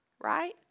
Right